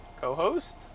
co-host